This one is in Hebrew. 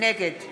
נגד